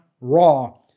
Raw